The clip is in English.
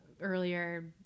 earlier